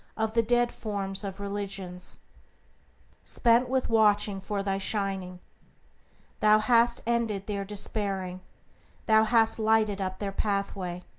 of the dead forms of religions spent with watching for thy shining thou hast ended their despairing thou hast lighted up their pathway